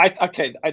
okay